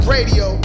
Radio